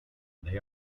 they